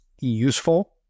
useful